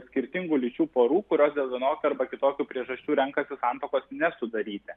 skirtingų lyčių porų kurios dėl vienokių arba kitokių priežasčių renkasi santuokos nesudaryti